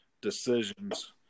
decisions